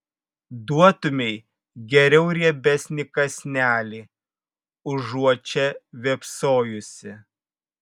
duotumei geriau riebesnį kąsnelį užuot čia vėpsojusi